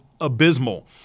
abysmal